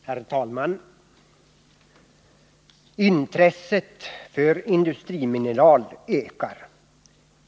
Herr talman! Intresset för industrimineral ökar.